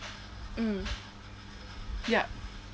mm yup